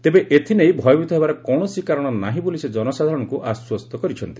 ତେବେ ଏଥିନେଇ ଭୟଭିତ ହେବାର କୌଣସି କାରଣ ନାହିଁ ବୋଲି ସେ ଜନସାଧାରଣଙ୍କୁ ଆଶ୍ୱସ୍ତ କରିଛନ୍ତି